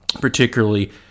particularly